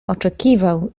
oczekiwał